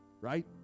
right